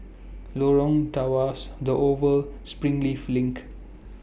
Lorong Tawas The Oval Springleaf LINK